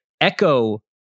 echo